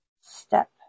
step